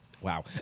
wow